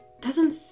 doesn't-